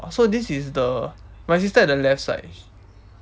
so this is the my sister at the left side